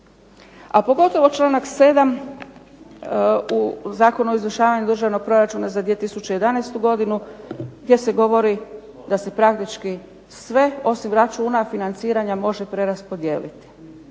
A pogotovo članak 7. u Zakonu o izvršavanju Državnog proračuna za 2011. godinu gdje se govori da se praktički sve osim računa financiranja može preraspodijeliti,